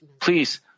Please